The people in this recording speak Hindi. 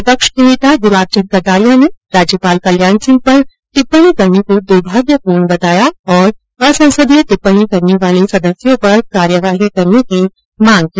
विपक्ष के नेता गुलाब चंद कटारिया ने राज्यपाल कल्याण सिंह पर टिप्पणी करने को द्भाग्यपूर्ण बताया और असंसदीय टिप्पणी करने वाले सदस्यों पर कार्यवाही करने की मांग की